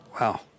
Wow